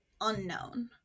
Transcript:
unknown